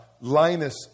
Linus